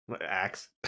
axe